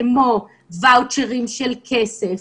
כמו וואוצ'רים של כסף,